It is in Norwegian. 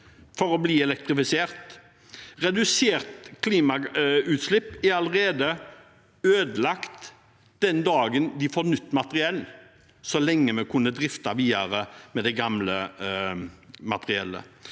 for å bli elektrifisert. Redusert klimautslipp er allerede ødelagt den dagen vi får nytt materiell – så lenge vi kunne ha driftet videre med det gamle materiellet.